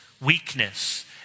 weakness